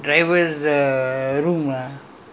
he got the driver's err what do you call this uh